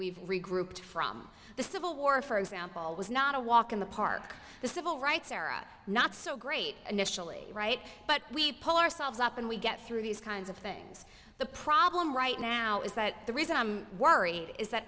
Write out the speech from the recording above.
we've regrouped from the civil war for example was not a walk in the park the civil rights era not so great initially right but we pull ourselves up and we get through these kinds of things the problem right now is that the reason i'm worried is that